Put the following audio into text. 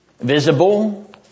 visible